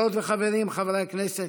חברות וחברים חברי הכנסת,